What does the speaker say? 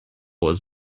was